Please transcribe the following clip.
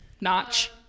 Notch